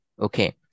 Okay